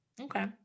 Okay